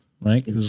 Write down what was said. right